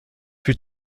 plus